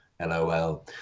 LOL